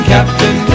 Captain